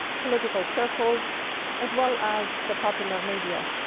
political circles as well as the popular media.